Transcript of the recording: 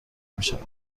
میشوند